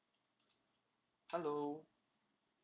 hello